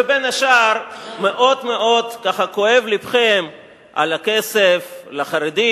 ובין השאר מאוד מאוד ככה כואב לבכם על הכסף לחרדים,